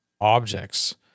objects